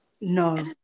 No